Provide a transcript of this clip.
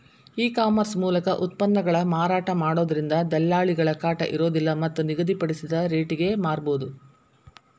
ಈ ಕಾಮರ್ಸ್ ಮೂಲಕ ಉತ್ಪನ್ನಗಳನ್ನ ಮಾರಾಟ ಮಾಡೋದ್ರಿಂದ ದಲ್ಲಾಳಿಗಳ ಕಾಟ ಇರೋದಿಲ್ಲ ಮತ್ತ್ ನಿಗದಿ ಮಾಡಿದ ರಟೇಗೆ ಮಾರಬೋದು